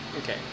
Okay